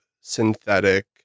synthetic